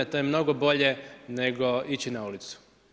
To je mnogo bolje nego ići na ulicu.